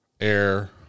air